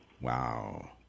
Wow